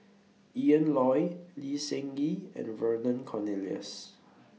Ian Loy Lee Seng Gee and Vernon Cornelius